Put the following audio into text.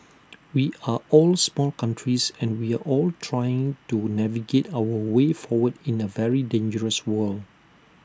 we are all small countries and we are all trying to navigate our way forward in A very dangerous world